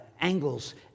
angles